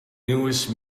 newest